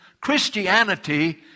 Christianity